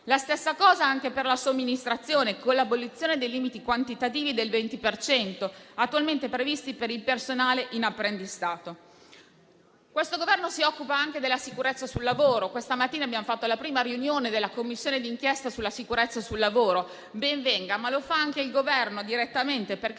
La stessa cosa vale anche per la somministrazione, con l'abolizione dei limiti quantitativi del 20 per cento attualmente previsti per il personale in apprendistato. Questo Governo si occupa anche della sicurezza sul lavoro. Questa mattina abbiamo partecipato alla prima riunione della Commissione d'inchiesta sulla sicurezza sul lavoro e ben venga, ma del tema di occupa anche il Governo direttamente.